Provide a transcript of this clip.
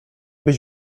byś